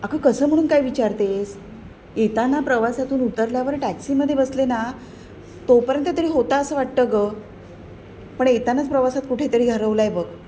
अगं कसं म्हणून काय विचारतेस येताना प्रवासातून उतरल्यावर टॅक्सीमध्ये बसले ना तोपर्यंत तरी होता असं वाटतं गं पण येतानाच प्रवासात कुठेतरी हरवला आहे बघ